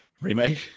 remake